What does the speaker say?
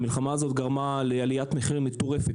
המלחמה הזאת גרמה לעליית מחירים מטורפת,